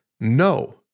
no